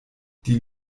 die